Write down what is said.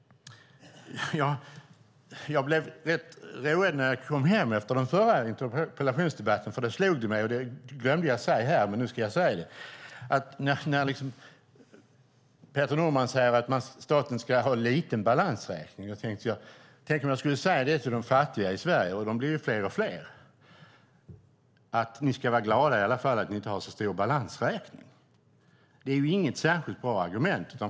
Jag blev rätt road när jag kom hem efter den förra interpellationsdebatten. Det glömde jag säga här, men nu ska jag säga det. När Peter Norman säger att staten ska ha en liten balansräkning slog det mig: Tänk om jag skulle säga det till de fattiga i Sverige - och de blir ju fler och fler - att ni ska vara glada för att ni i alla fall inte har så stor balansräkning. Det är inget särskilt bra argument.